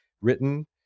written